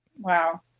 Wow